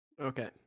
Okay